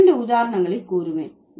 இரண்டு உதாரணங்களை கூறுவேன்